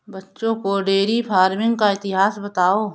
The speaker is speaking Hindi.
बच्चों को डेयरी फार्मिंग का इतिहास बताओ